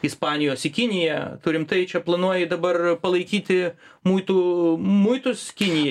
ispanijos į kiniją tu rimtai čia planuoji dabar palaikyti muitų muitus kinijai